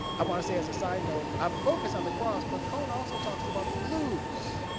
i wanna say as a side note, i focus on the cross, but cone also talks about the blues